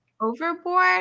Overboard